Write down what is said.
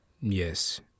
Yes